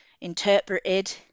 interpreted